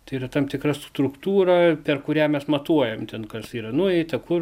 tai yra tam tikra struktūra per kurią mes matuojam kas yra nueita kur